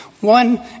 One